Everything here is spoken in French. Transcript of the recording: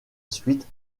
suite